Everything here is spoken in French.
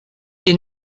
est